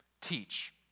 teach